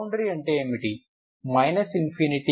boundary అంటే ఏమిటి